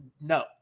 no